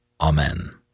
Amen